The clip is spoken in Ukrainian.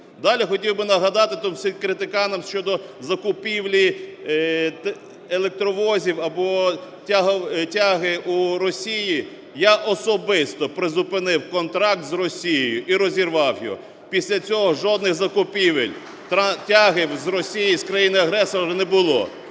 Далі хотів би нагадати тут всім критиканам щодо закупівлі електровозів або тяги у Росії. Я особисто призупинив контракт з Росією і розірвав його. Після цього жодних закупівель тяги з Росії з країни-агресора не було.